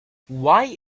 why